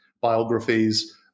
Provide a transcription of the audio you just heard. biographies